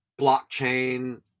blockchain